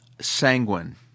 sanguine